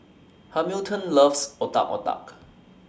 Hamilton loves Otak Otak